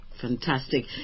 Fantastic